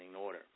order